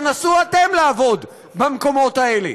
תנסו אתם לעבוד במקומות האלה,